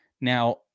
Now